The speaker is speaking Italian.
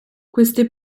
queste